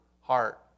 heart